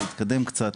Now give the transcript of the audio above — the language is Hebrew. להתקדם קצת,